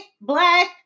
black